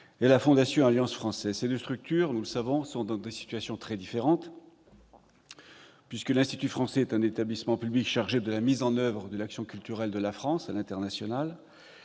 et la Fondation Alliance française. Ces deux structures sont dans des situations très différentes, puisque l'Institut français est un établissement public chargé de la mise en oeuvre de l'action culturelle extérieure de la France à l'international,